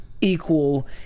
equal